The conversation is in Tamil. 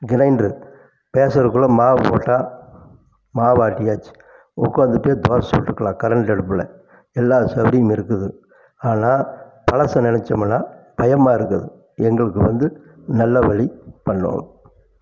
கிரைண்டர் பேசுறதுக்குள்ளே மாவு போட்டா மாவு ஆட்டியாச்சு உட்காந்துட்டே தோசை சுட்டுக்கலாம் கரன்ட்டு அடுப்பில் எல்லா சௌரியமும் இருக்குது ஆனால் பழசை நினைச்சமுனா பயமாக இருக்குது எங்களுக்கு வந்து நல்ல வழி பண்ணனும்